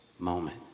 moment